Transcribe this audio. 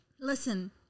Listen